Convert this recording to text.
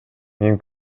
мен